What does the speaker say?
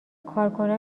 کارکنان